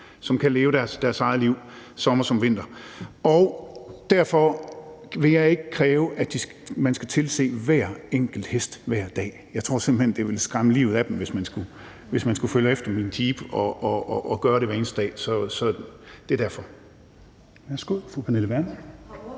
som kan leve deres eget liv sommer som vinter. Derfor vil jeg ikke kræve, at man skal tilse hver enkelt hest hver dag. Jeg tror simpelt hen, at det ville skræmme livet af dem, hvis man skulle følge efter dem med en jeep og gøre det hver eneste dag. Så det er derfor.